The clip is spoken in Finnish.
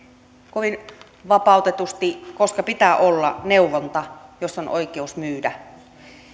kovin vapautetusti koska pitää olla neuvonta jos on oikeus myydä